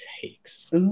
takes